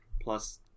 plus